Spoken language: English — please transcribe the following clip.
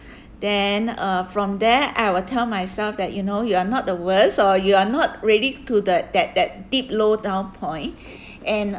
then uh from there I will tell myself that you know you are not the worst or you're not really to the that that deep low down point and